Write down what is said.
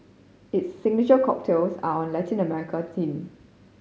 its signature cocktails are on Latin American theme